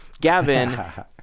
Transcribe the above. Gavin